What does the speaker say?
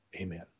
Amen